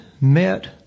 met